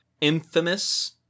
infamous